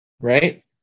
Right